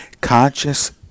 conscious